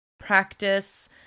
Practice